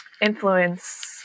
influence